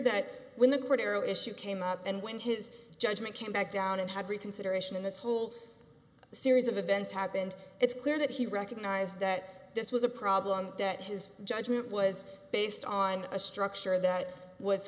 that when the court arrow issue came up and when his judgment came back down and had reconsideration in this whole series of events happened it's clear that he recognized that this was a problem that his judgment was based on a structure that was